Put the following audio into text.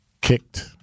kicked